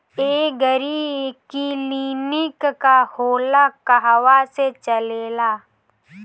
एगरी clinic का होला कहवा से चलेँला?